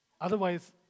Otherwise